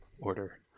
order